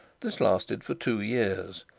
this lasted for two years,